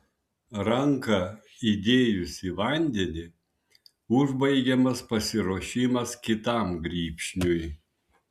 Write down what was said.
ranką įdėjus į vandenį užbaigiamas pasiruošimas kitam grybšniui